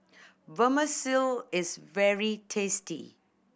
Vermicelli is very tasty